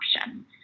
option